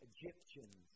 Egyptians